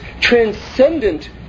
transcendent